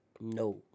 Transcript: No